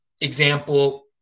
example